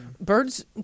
birds